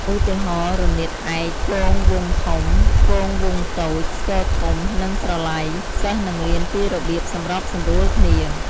ឧទាហរណ៍ រនាតឯក គងវង់ធំ គងវង់តូច ស្គរធំ និងស្រឡៃ សិស្សនឹងរៀនពីរបៀបសម្របសម្រួលគ្នា។